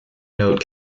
note